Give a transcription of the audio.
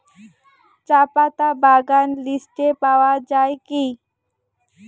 চাপাতা বাগান লিস্টে পাওয়া যায় কি?